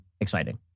exciting